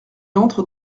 entre